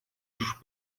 sus